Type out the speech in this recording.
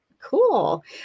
cool